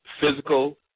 physical